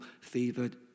fevered